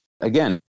again